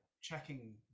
checking